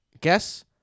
Guess